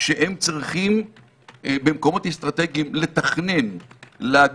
שהם צריכים לתכנן במקומות אסטרטגיים ולהגיש